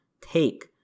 take